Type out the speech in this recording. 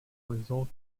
result